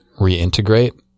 reintegrate